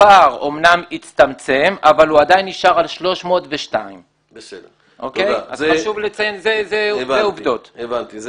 הפער אמנם הצטמצם אבל הוא עדיין נשאר על 302. הבנתי,